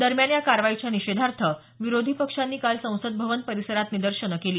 दरम्यान या कारवाईच्या निषेधार्थ विरोधी पक्षांनी काल संसद भवन परिसरात निदर्शनं केली